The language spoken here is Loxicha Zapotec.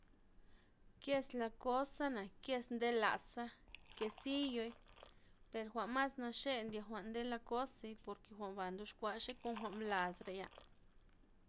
Kes lakosa'na, kes nde laza', quesiyoi, per jwa'n mas naxe ndie jwa'n nde lakozey porke jwa'nba ndox kuaxey kon jwa'n blas rei'ya.